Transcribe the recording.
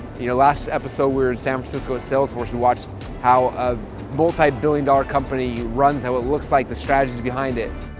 the you know last episode, we were in san francisco at salesforce. we watched how a multi-billion dollar company runs, how it looks like, the strategies behind it.